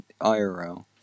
IRL